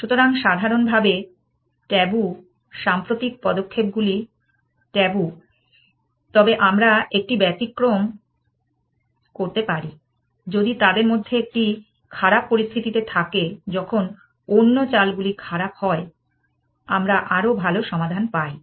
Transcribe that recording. সুতরাং সাধারণভাবে ট্যাবু সাম্প্রতিক পদক্ষেপগুলি ট্যাবু তবে আমরা একটি ব্যতিক্রম করতে পারি যদি তাদের মধ্যে একটি খারাপ পরিস্থিতিতে থাকে যখন অন্য চালগুলি খারাপ হয় আমরা আরও ভাল সমাধান পাই